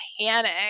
panic